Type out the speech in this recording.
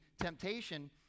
temptation